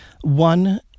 One